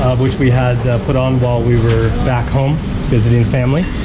which we had put on while we were back home visiting family.